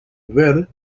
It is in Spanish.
ver